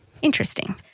interesting